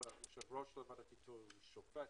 יושב-ראש ועדת האיתור הוא שופט.